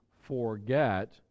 forget